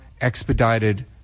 expedited